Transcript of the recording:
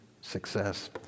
success